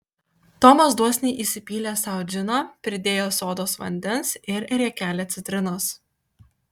tomas dosniai įsipylė sau džino pridėjo sodos vandens ir riekelę citrinos